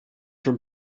from